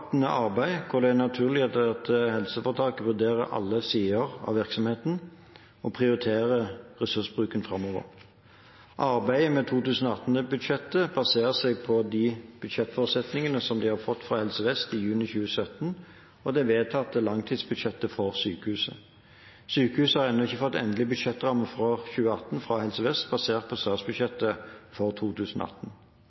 arbeid hvor det er naturlig at helseforetaket vurderer alle sider ved virksomheten og prioriterer ressursbruken framover. Arbeidet med 2018-budsjettet baserer seg på de budsjettforutsetningene som de fikk fra Helse Vest i juni 2017, og det vedtatte langtidsbudsjettet for sykehuset. Sykehuset har ennå ikke fått endelige budsjettrammer for 2018 fra Helse Vest basert på